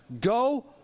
go